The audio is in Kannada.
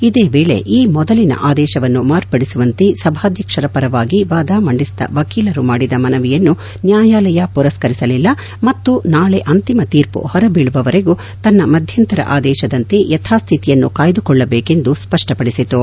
ಇದೇ ವೇಳೆ ಈ ಮೊದಲಿನ ಆದೇಶವನ್ನು ಮಾರ್ಪಾಡಿಸುವಂತೆ ಸಭಾಧ್ಯಕ್ಷರ ಪರವಾಗಿ ವಾದ ಮಂಡಿಸಿದ ವಕೀಲರು ಮಾಡಿದ ಮನವಿಯನ್ನು ನ್ಯಾಯಾಲಯ ಪುರಸ್ತರಿಸಲಿಲ್ಲ ಮತ್ತು ನಾಳೆ ಅಂತಿಮ ತೀರ್ಮ ಹೊರಬೀಳುವವರೆಗೂ ತನ್ನ ಮಧ್ಯಂತರ ಆದೇಶದಂತೆ ಯಥಾಸ್ತಿತಿಯನ್ನು ಕಾಯ್ದುಕೊಳ್ಳಬೇಕೆಂದು ಸ್ಪಷ್ಟಪಡಿಸಿತು